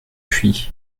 puits